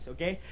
Okay